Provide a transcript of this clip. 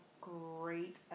great